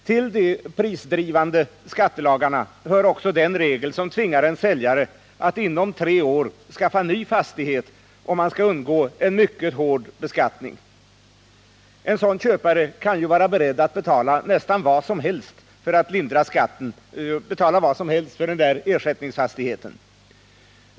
Till de prisdrivande skattelagarna hör också den regel som tvingar en säljare att inom tre år skaffa ny fastighet, om han skall undgå en mycket hård beskattning. En sådan köpare kan ju vara beredd att betala nästan vad som helst för en ersättningsfastighet — för att lindra skatten.